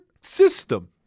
system